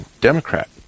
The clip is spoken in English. Democrat